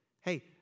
Hey